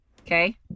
okay